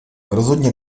rozhodně